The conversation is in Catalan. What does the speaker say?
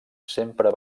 sempre